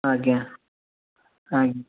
ଆଜ୍ଞା ଆଜ୍ଞା